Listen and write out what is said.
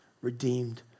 redeemed